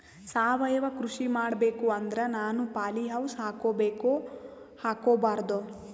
ಸಾವಯವ ಕೃಷಿ ಮಾಡಬೇಕು ಅಂದ್ರ ನಾನು ಪಾಲಿಹೌಸ್ ಹಾಕೋಬೇಕೊ ಹಾಕ್ಕೋಬಾರ್ದು?